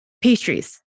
pastries